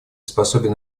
способен